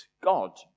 God